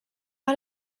out